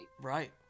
Right